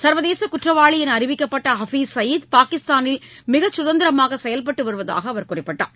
சர்வதேச குற்றவாளி என அறிவிக்கப்பட்ட ஹபீஸ் சயீது பாகிஸ்தானில் மிகச் சுதந்திரமாக செயல்பட்டு வருவதாக அவர் குறிப்பிட்டார்